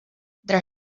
der